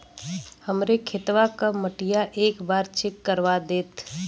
हमरे खेतवा क मटीया एक बार चेक करवा देत?